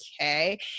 okay